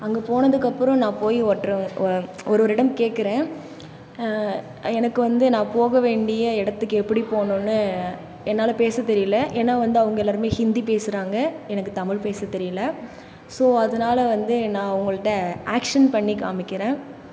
அங்கே போனதுக்கப்புறம் நான் போய் ஒட்ற ஒரு ஒரு இடம் கேட்கறேன் எனக்கு வந்து நான் போக வேண்டிய இடத்துக்கு எப்படி போகணுன்னு என்னால் பேச தெரியலை ஏன்னால் வந்து அவங்க எல்லோருமே ஹிந்தி பேசுகிறாங்க எனக்கு தமிழ் பேச தெரியலை ஸோ அதனால் வந்து நான் அவங்கள்கிட்ட ஆக்ஷன் பண்ணி காமிக்கிறேன்